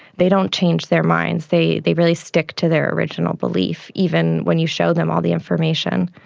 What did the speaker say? they don't change their minds, they they really stick to their original belief, even when you show them all the information.